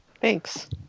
Thanks